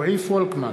רועי פולקמן,